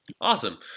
Awesome